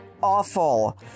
awful